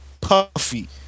puffy